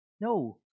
No